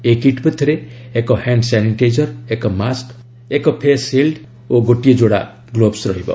ଏହି କିଟ୍ ମଧ୍ୟରେ ଏକ ହ୍ୟାଣ୍ଡ ସାନିଟାଇଜର ଏକ ମାସ୍କ ଏକ ଫେସ୍ ସିଲ୍ଡ ଓ ଗୋଟିଏ ଯୋଡ଼ା ଗ୍ଲୋବ୍ସ ରହିବ